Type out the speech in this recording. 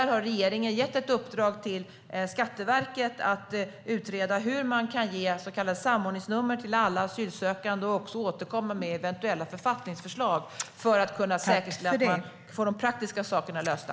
Regeringen har gett ett uppdrag till Skatteverket att utreda hur man kan ge så kallade samordningsnummer till alla asylsökande och också att återkomma med eventuella författningsförslag för att kunna säkerställa att man får de praktiska sakerna lösta.